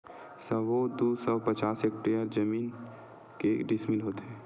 सबो दू सौ पचास हेक्टेयर जमीन के डिसमिल होथे?